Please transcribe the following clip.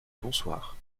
bonsoir